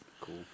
Cool